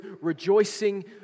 rejoicing